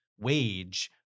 wage